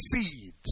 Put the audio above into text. seeds